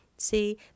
see